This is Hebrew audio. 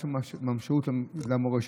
יש לו משמעות למורשת.